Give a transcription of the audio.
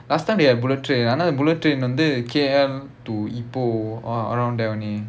last time they had bullet train ஆனா அந்த:aanaa antha bullet train வந்து:vanthu K_L to ipoh a~ around there only